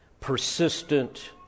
persistent